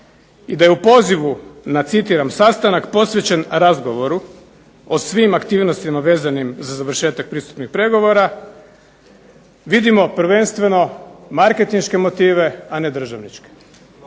i da je u pozivu na "sastanak posvećen razgovoru o svim aktivnostima vezanim za završetak pristupnih pregovora" vidimo prvenstveno marketinške motive, a ne državničke.